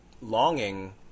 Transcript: longing